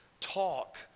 talk